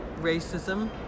racism